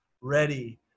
ready